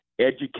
educate